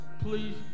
Please